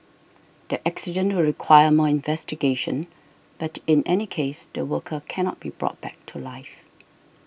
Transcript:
the accident will require more investigation but in any case the worker cannot be brought back to life